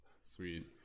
sweet